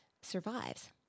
survives